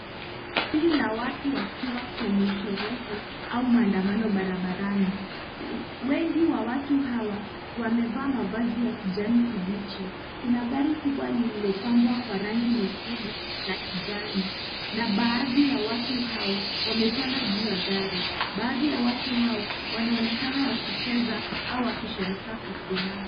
Kundi la watu wakiwa kwenye sherehe au maandamano barabarani. Wengi wa watu hawa wamevaa mavazi ya kijani kibichi. Kuna gari kubwa lililopambwa kwa rangi nyekundu na kijani na baadhi ya watu hao wamepanda juu ya gari. Baadhi ya watu hao wanaonekana wakicheza au wakisherehekea kwa furaha.